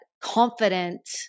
confident